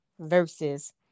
versus